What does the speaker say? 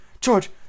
George